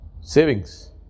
Savings